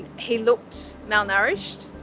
he looked malnourished.